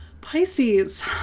Pisces